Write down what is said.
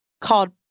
called